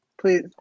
please